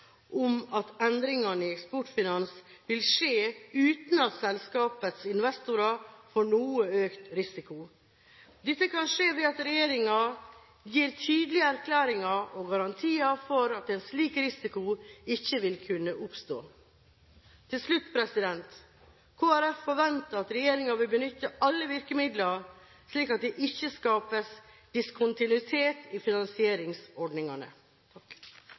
om at endringene i Eksportfinans vil skje uten at selskapets investorer får noe økt risiko. Dette kan skje ved at regjeringen gir tydelige erklæringer og garantier for at en slik risiko ikke vil kunne oppstå. Til slutt: Kristelig Folkeparti forventer at regjeringen vil benytte alle virkemidler, slik at det ikke skapes diskontinuitet i finansieringsordningene.